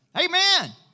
Amen